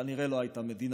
כנראה לא הייתה מדינה.